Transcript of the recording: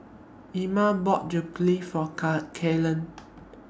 Inga bought Jokbal For Kaelyn